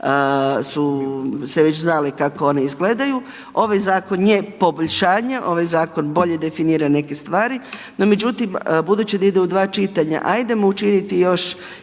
su se već znali kako oni izgledaju. Ovaj zakon je poboljšanje, ovaj zakon bolje definira neke stvari, no međutim budući da ide u dva čitanja ajdemo učiniti još